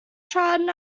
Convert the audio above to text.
schaden